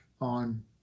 on